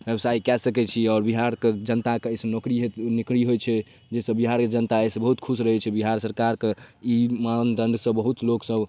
व्यवसाय कए सकै छी आओर बिहारके जनताके एहिसऽ नौकरी हो नौकरी होइ छै जाहिसऽ बिहारके जनता एहिसऽ बहुत खुश रहै छै सरकारके ई मानदंड सऽ बहुत सा लोकसब